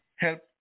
help